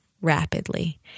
rapidly